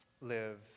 live